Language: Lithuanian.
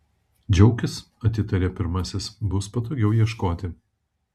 džiaukis atitarė pirmasis bus patogiau ieškoti